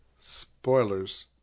Spoilers